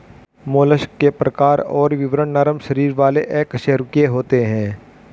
mollusc के प्रकार और विवरण नरम शरीर वाले अकशेरूकीय होते हैं